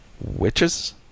Witches